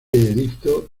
edicto